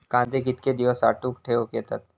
कांदे कितके दिवस साठऊन ठेवक येतत?